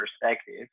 perspective